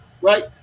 right